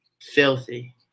filthy